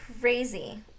crazy